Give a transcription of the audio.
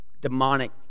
demonic